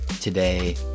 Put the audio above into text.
today